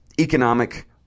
economic